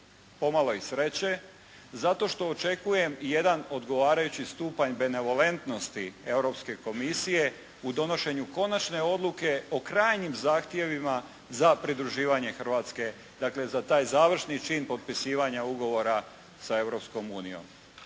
pomalo i sreće zato što očekujem jedan odgovarajući stupanj benevolentnosti Europske komisije u donošenju konačne odluke o krajnjim zahtjevima za pridruživanje Hrvatske dakle za taj završni čin potpisivanja ugovora sa Europskom unijom.